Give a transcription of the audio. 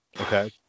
okay